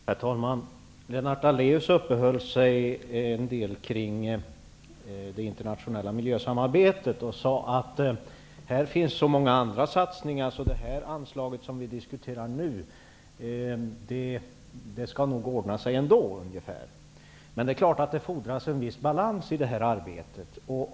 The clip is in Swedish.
Herr talman! Lennart Daléus uppehöll sig en del kring det internationella miljösamarbetet. Han sade ungefär att det finns så många andra satsningar så att det anslag som vi nu diskuterar nog skall ordna sig ändå. Det är klart att det i detta arbete fordras en del balans.